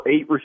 eight